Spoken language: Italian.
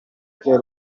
che